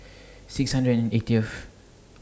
six hundred and eightieth